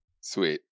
Sweet